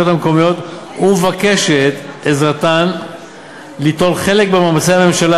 המקומיות ובקשת עזרתן בנטילת חלק במאמצי הממשלה,